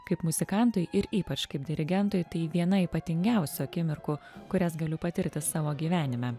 kaip muzikantui ir ypač kaip dirigentui tai viena ypatingiausių akimirkų kurias galiu patirti savo gyvenime